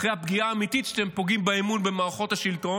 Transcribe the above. אחרי הפגיעה האמיתית שאתם פוגעים באמון במערכות השלטון,